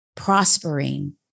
Prospering